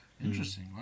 Interesting